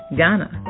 Ghana